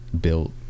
built